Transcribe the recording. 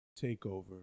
Takeover